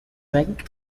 drink